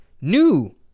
new